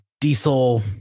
diesel